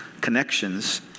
connections